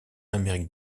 amérique